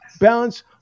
balance